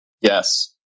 Yes